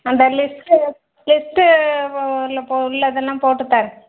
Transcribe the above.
அந்த லிஸ்ட்டு லிஸ்ட்டில் உள்ளதெல்லாம் போட்டுத்தரேன்